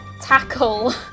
tackle